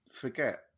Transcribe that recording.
forget